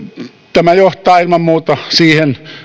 tämä johtaa ilman muuta